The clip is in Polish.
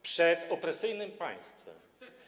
Przed opresyjnym państwem.